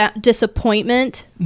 disappointment